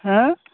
হেঁ